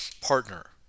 partner